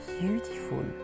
beautiful